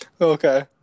Okay